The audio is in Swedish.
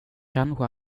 kanske